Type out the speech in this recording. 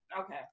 Okay